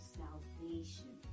salvation